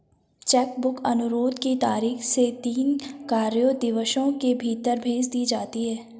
check book अनुरोध की तारीख से तीन कार्य दिवसों के भीतर भेज दी जाती है